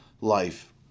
life